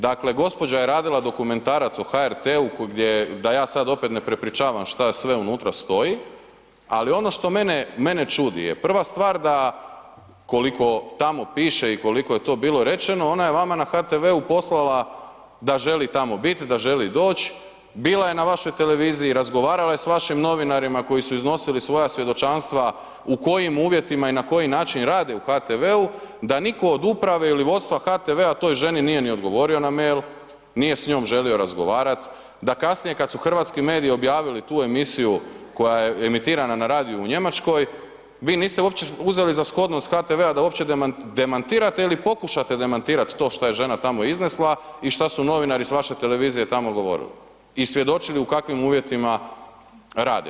Dakle gospođa je radila dokumentarac o HRT-u gdje je da ja sad opet ne prepričavam šta sve unutra stoji, ali ono što mene čudi je, prva stvar da koliko tamo piše i koliko je to bilo rečeno, ona je vama na HTV-u poslala da želi tamo bit, da želi doć, bila je na vašoj televiziji, razgovarala je sa vašim novinarima koji su iznosili svoja svjedočanstva u kojim uvjetima i na koji način rade u HTV-u, da niko od uprave ili vodstva HTV-a toj ženi nije ni odgovorio na mail, nije s njom želio razgovarat, da kasnije kad su hrvatski mediji objavili tu emisiju koja je emitirana na radiju u Njemačkoj, vi niste uopće uzeli za shodno s HTV-a da uopće demantirate ili pokušate demantirati to što je žena tamo iznesla i šta su novinari s vaše televizije tamo govorili i svjedočili u kakvim uvjetima rade.